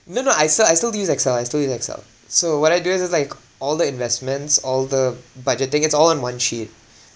no no I still I still use excel I still use excel so what I do is just like all the investments all the budgeting it's all in one sheet